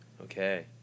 Okay